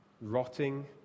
Rotting